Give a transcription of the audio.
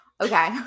Okay